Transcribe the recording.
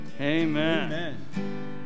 Amen